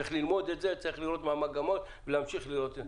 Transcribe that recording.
צריך ללמוד את זה, לראות מה המגמות ולהמשיך לראות.